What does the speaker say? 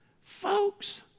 Folks